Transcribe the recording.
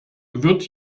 wird